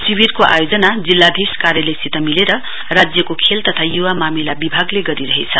शिविरको आयोजना जिल्लाधीश कार्यालयसित मिलेर राज्यको खेल तथा युवा मामिला विभागले गरिरहेछ